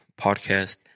podcast